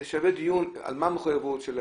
זה שווה דיון על מה המחויבות שלהם,